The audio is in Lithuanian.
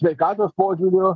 sveikatos požiūriu